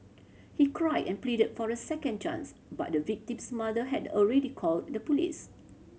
he cried and pleaded for a second chance but the victim's mother had already called the police